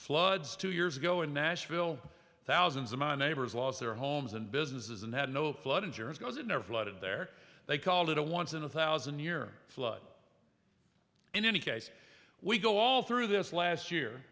floods two years ago in nashville thousands of my neighbors lost their homes and businesses and had no flood insurance because it never flooded there they called it a once in a thousand year flood in any case we go all through this last year